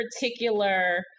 particular